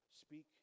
speak